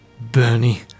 Bernie